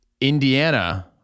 Indiana